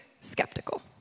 Skeptical